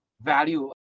value